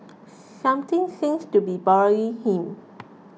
something seems to be bothering him